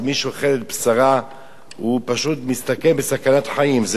מי שאוכל את בשרה פשוט מסתכן בסכנת חיים.